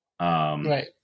Right